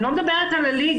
אני לא מדברת על הליגה,